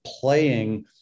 playing